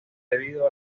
debido